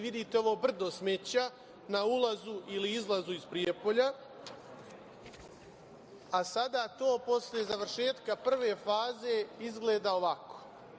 Vidite ovo brdo smeća na ulazu ili izlazu iz Prijepolja, a sada to posle završetka prve faze izgleda ovako.